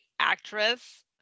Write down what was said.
actress